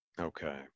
Okay